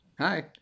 Hi